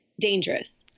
dangerous